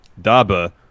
Daba